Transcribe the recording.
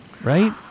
right